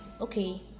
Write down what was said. Okay